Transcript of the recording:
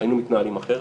היינו מתנהלים אחרת.